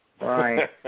Right